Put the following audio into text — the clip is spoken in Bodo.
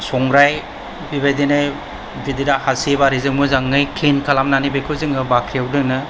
संग्राय बिबायदिनो गिदिर हासिब आरो जों क्लिन खालामनानै बेखौ जोङो बाख्रियाव दोनो